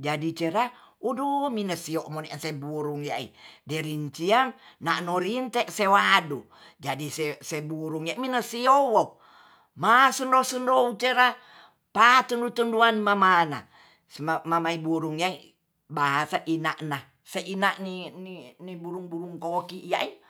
jadi cera uduh minasio moni se burung iya'i gerincia nano rinte sewadu jadi se seburung nye minesiyowo ma sendou-sendou tera patendu tendun mamana mamai burung nye bahasa ina'na ni- ni- niburung-burung koki iyae